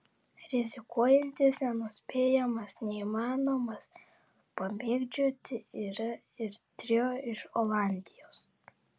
rizikuojantis nenuspėjamas neįmanomas pamėgdžioti yra ir trio iš olandijos